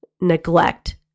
neglect